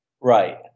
Right